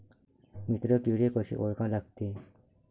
मित्र किडे कशे ओळखा लागते?